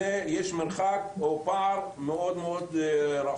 יש מרחק או פער מאד גדול.